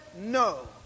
no